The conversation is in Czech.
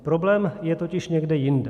Problém je totiž někde jinde.